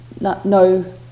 no